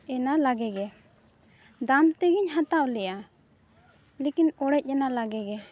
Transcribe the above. ᱮᱱᱟ ᱞᱟᱜᱮᱜᱮ ᱫᱟᱢ ᱛᱮᱜᱮᱧ ᱦᱟᱛᱟᱣ ᱞᱮᱫᱼᱟ ᱞᱮᱠᱤᱱ ᱚᱲᱮᱡᱮᱱᱟ ᱞᱟᱜᱮᱜᱮ